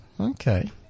Okay